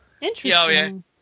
Interesting